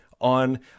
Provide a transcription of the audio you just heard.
on